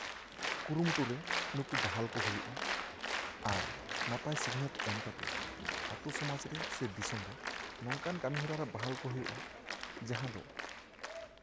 ᱠᱩᱨᱩᱢᱩᱴᱩᱨᱮ ᱱᱩᱠᱩ ᱵᱟᱦᱟᱞ ᱠᱚ ᱦᱩᱭᱩᱜᱼᱟ ᱟᱨ ᱱᱟᱯᱟᱭ ᱥᱤᱠᱷᱱᱟᱹᱛ ᱮᱢ ᱠᱟᱛᱮᱜ ᱟᱛᱳ ᱥᱚᱢᱟᱡ ᱨᱮ ᱥᱮ ᱫᱤᱥᱚᱢ ᱨᱮ ᱱᱚᱝᱠᱟᱱ ᱠᱟᱹᱢᱤ ᱦᱚᱨᱟ ᱠᱚ ᱵᱚᱦᱟᱞ ᱠᱚ ᱦᱩᱭᱩᱜᱼᱟ ᱡᱟᱦᱟᱸ ᱫᱚ